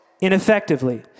ineffectively